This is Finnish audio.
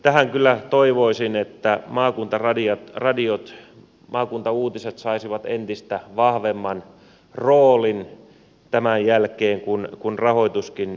tässä kyllä toivoisin että maakuntaradiot maakuntauutiset saisivat entistä vahvemman roolin tämän jälkeen kun rahoituskin turvataan